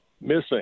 missing